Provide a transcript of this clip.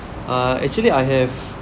uh actually I have